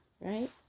Right